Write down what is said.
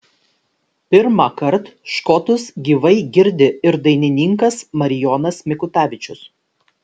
pirmąkart škotus gyvai girdi ir dainininkas marijonas mikutavičius